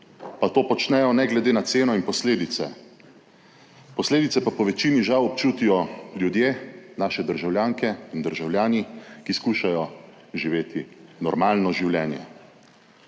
pa to počnejo ne glede na ceno in posledice. Posledice pa po večini žal občutijo ljudje, naše državljanke in državljani, ki skušajo živeti normalno življenje.